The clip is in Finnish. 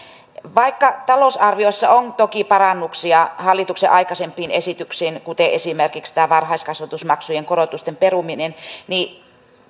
vaikka talousarviossa on toki parannuksia hallituksen aikaisempiin esityksiin kuten esimerkiksi tämä varhaiskasvatusmaksujen korotusten peruminen niin